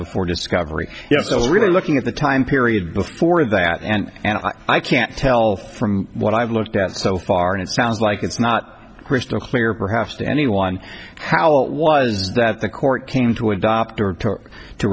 before discovery yes i was really looking at the time period before that and and i can't tell from what i've looked at so far it sounds like it's not crystal clear perhaps to anyone how it was that the court came to adopt or took to